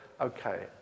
okay